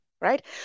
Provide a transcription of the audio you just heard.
right